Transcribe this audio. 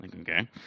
Okay